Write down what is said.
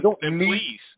please